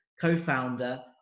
co-founder